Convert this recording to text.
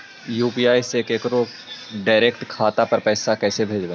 UPI से केकरो direct खाता पर पैसा कैसे भेजबै?